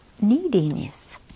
neediness